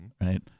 right